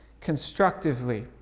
constructively